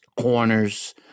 corners